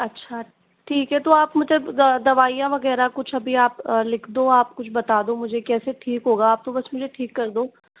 अच्छा ठीक है तो आप मुझे द दवाइयाँ वगैरह कुछ अभी आप लिख दो आप कुछ बता दो मुझे कैसे ठीक होगा आप तो बस मुझे ठीक कर दो